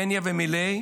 פניה ומיליי,